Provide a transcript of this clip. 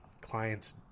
clients